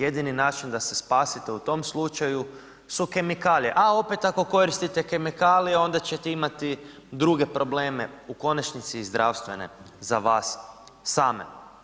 Jedini način da se spasite u tom slučaju su kemikalije, a opet, ako koristite kemikalije, onda ćete imati druge probleme, u konačnici i zdravstvene, za vas same.